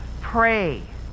pray